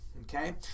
okay